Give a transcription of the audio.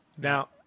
Now